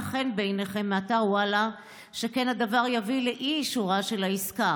חן בעיניכם מאתר וואלה שכן הדבר יביא לאי-אישורה של העסקה: